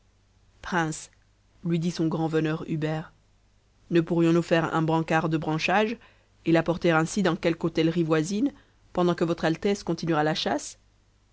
prince lui dit son grand veneur hubert ne pourrions-nous faire un brancard de branchages et la porter ainsi dans quelque hôtellerie voisine pendant que votre altesse continuera la chasse